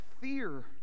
fear